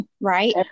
Right